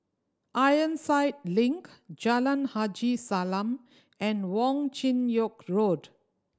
Ironside Link Jalan Haji Salam and Wong Chin Yoke Road